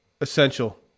essential